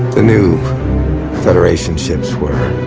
the new federation ships were,